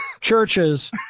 churches